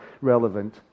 relevant